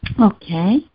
Okay